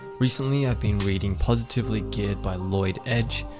recently i've been reading positively geared by lloyd edge.